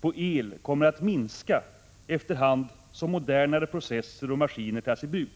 på el kommer att minska efter hand som modernare processer och maskiner tas i bruk.